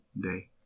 day